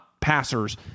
Passers